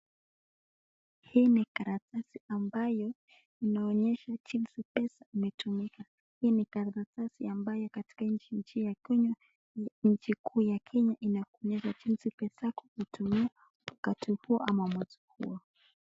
Hii ni karatasi ambayo inaonyesha jinsi pesa imetumika. Hii ni karatasi ambayo katika nchi ya Kenya, nchi kuu ya Kenya inatumika jinsi unataka kutumia wakati huo ama mwezi huo.